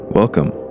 Welcome